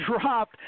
drop